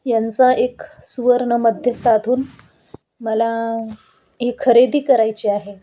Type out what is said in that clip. यांचा एक सुवर्णमध्य साधून मला ही खरेदी करायची आहे